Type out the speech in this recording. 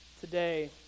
today